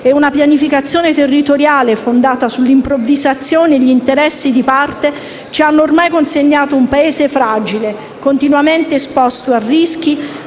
e una pianificazione territoriale fondata sull'improvvisazione e sugli interessi di parte ci hanno consegnato un Paese fragile, continuamente esposto a rischi,